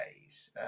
days